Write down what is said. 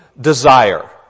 Desire